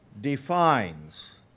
defines